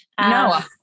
No